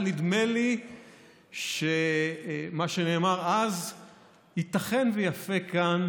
אבל נדמה לי שמה שנאמר אז ייתכן שיפה כאן,